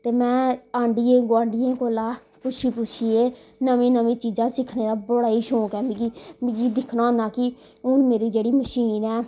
ते मैं आंढियें गोआंढियें कोला पुच्छी पुच्छियै नमीं नमीं चीजं सिक्खने दा बड़ा ही शौक ऐ मिगी मिगी दिक्खना हुन्ना कि हुन मेरी जेह्ड़ी बी मशीन ऐ